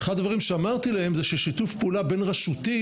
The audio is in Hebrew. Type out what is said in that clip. ואחד הדברים שאמרתי להם זה ששיתוף פעולה בין-רשותי,